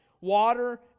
water